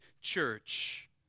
church